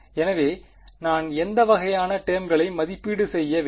எனவே நான் எந்த வகையான டெர்ம்களை மதிப்பீடு செய்ய வேண்டும்